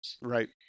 right